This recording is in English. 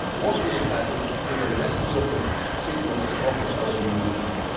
what will happen if a less perfect signal is offered over usb?